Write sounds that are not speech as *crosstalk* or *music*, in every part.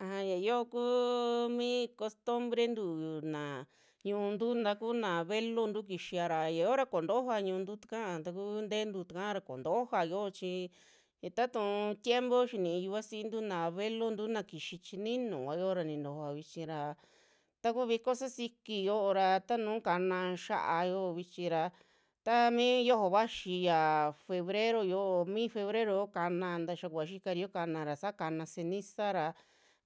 Aja ya yoo kuu mi costumbre tu'u naa ñiuntu takuna abuelontu kixia ra yaa yio kontujoa ñiuntu takaa, taku ntentu tukaa ra ko'ontojoa yoo chi tatuun tiempo xinii yuvasintu na abuelontu na kixi chininu kua yoora nintojoa vichi ra, taku viko sasiki yo'ora tanu kana xiaa yoo vichi ra, tami yojo vaxii yia febrero yo'o, mi febrero oo kana ntaa xia kuva xikariyo kana ra saa kana ceniza ra,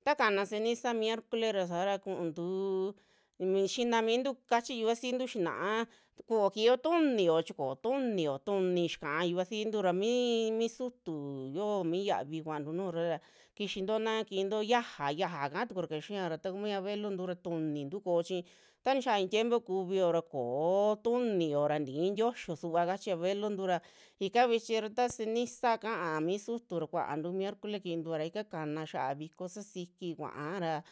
ta kana ceniza miercole ra saara kuuntu mi xinamintu kachi yuvasintu xina'a, kuuo xiiyo tuniyo chi ko'o tunio, tuni xikaa yuvasintu ra mii, mi suutu yio mi yavi kuantu nujura ra, kixinto na kiinto xiaja, xiaja kaa tukura ka xiaa ra takumi abuelontu ra tunintu koo chi ta nixaa i'i tiempo kuvio ra koo tunio ra tikii tioxio suba kachi abuelontu ra ika vichi ra taa *noise* ceniza kaa mi sutu ra kuantu miercole kiintua ra ika kanan xiaa viko sasiki kuaa ra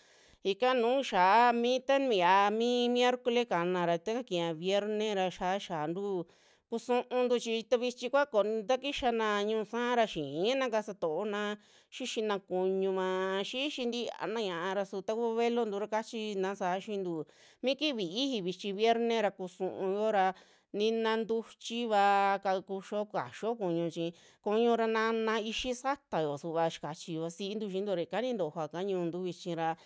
ika nuu xiaa mi, tani yaa mi miercole kanara ta ika kiiya vierne ra xa xiantu kusuuntu chi tavichi kua kon *unintelligible* takixana ñu'u sa'a ra xiina kasa to'ona, xixina kuñuava xixi ntivaana ñiaa ra su taku buelontu kachina saa xiintu mi kifi i'ixi vichi vierne ra kuusuo ra nina ntuchiva kaku xiyo kaxio kuñu chi, kuñu ra nana ixi satao suva xikachi yuvasintu xiintu ra yaka nintojoaka ñu'untu vichi ra.